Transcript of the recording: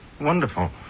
Wonderful